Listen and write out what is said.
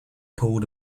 pulled